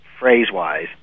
phrase-wise